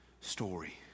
story